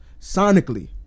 sonically